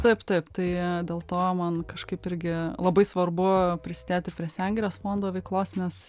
taip taip tai dėl to man kažkaip irgi labai svarbu prisidėti prie sengirės fondo veiklos nes